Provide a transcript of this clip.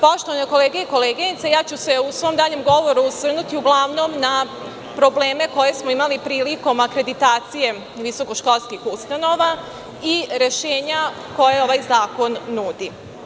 Poštovane kolege i koleginice, ja ću se u svom daljem govoru osvrnuti uglavnom na probleme koje smo imali prilikom akreditacije visokoškolskih ustanova i rešenja koje ovaj zakon nudi.